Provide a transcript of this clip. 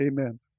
Amen